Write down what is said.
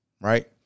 Right